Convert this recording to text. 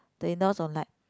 the in laws don't like